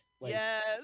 yes